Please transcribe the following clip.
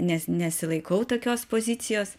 nes nesilaikau tokios pozicijos